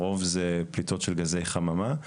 הרוב זה פליטות של גזי חממה,